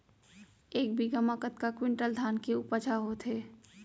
एक बीघा म कतका क्विंटल धान के उपज ह होथे?